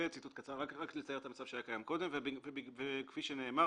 זה ציטוט קצר רק לתאר את המצב שהיה קיים קודם וכפי שנאמר,